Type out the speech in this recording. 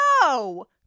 No